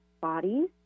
bodies